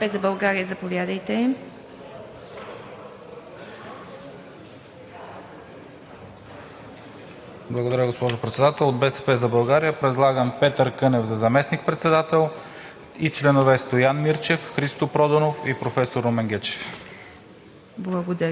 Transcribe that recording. (БСП за България): Благодаря, госпожо Председател. От „БСП за България“ предлагаме Петър Кънев за заместник-председател и членове Стоян Мирчев, Христо Проданов и професор Румен Гечев.